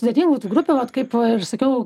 sudėtingų tų grupių vat kaip ir sakiau